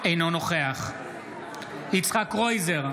אינו נוכח יצחק קרויזר,